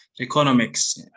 Economics